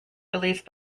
released